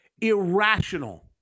irrational